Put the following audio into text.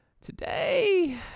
today